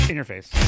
interface